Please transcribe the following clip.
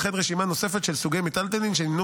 וכן רשימה נוספת של סוגי מיטלטלין שנמנו